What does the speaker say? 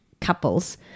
couples